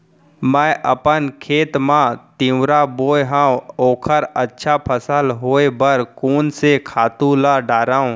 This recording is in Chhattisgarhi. मैं अपन खेत मा तिंवरा बोये हव ओखर अच्छा फसल होये बर कोन से खातू ला डारव?